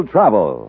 Travel